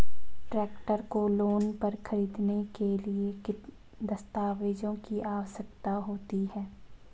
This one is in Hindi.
ट्रैक्टर को लोंन पर खरीदने के लिए किन दस्तावेज़ों की आवश्यकता होती है?